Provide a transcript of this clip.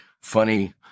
Funny